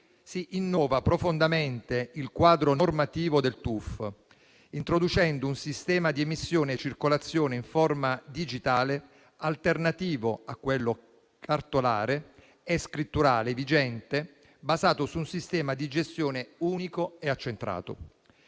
di intermediazione finanziaria (TUF), introducendo un sistema di emissione e circolazione in forma digitale alternativo a quello cartolare e scritturale vigente, basato su un sistema di gestione unico e accentrato.